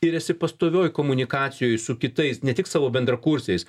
ir esi pastovioj komunikacijoj su kitais ne tik savo bendrakursiais